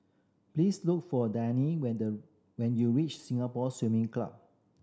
please look for Dianne when you reach Singapore Swimming Club